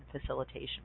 facilitation